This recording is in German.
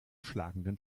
schlagenden